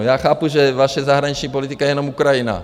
Já chápu, že vaše zahraniční politika je jenom Ukrajina.